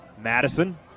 Madison